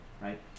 right